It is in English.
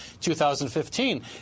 2015